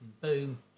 Boom